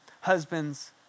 husbands